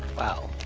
wow,